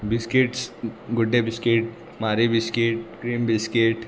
biscuits Good Day biscuit Marie biscuit cream biscuit